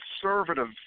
conservative